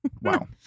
Wow